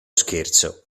scherzo